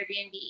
Airbnb